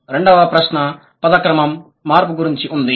రెండవ ప్రశ్న పద క్రమం మార్పు గురించి ఉంది